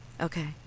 Okay